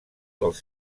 dels